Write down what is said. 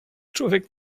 człowiek